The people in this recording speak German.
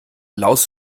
laus